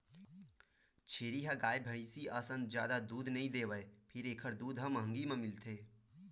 छेरी ह गाय, भइसी असन जादा दूद नइ देवय फेर एखर दूद ह महंगी म मिलथे